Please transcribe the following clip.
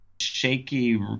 shaky